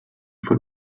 von